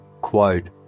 quote